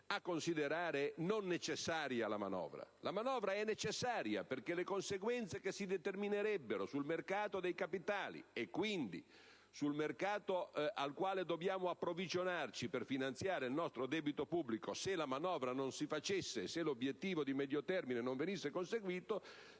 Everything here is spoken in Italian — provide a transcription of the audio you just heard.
a considerarla non necessaria: la manovra è necessaria, perché le conseguenze che si determinerebbero sul mercato dei capitali, e quindi sul mercato al quale dobbiamo approvvigionarci per finanziare il nostro debito pubblico, se la manovra non si facesse e se l'obiettivo di medio termine non venisse conseguito